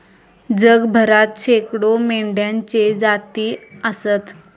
जगभरात शेकडो मेंढ्यांच्ये जाती आसत